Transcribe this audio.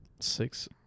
six